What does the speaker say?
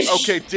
Okay